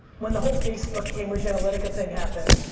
when the whole facebook cambridge analytica thing happened,